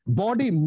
body